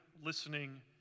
listening